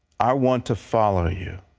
i want to follow you